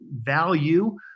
value